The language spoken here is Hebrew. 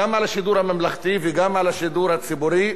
גם על השידור הממלכתי וגם על השידור הציבורי,